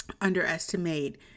underestimate